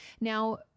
Now